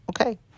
Okay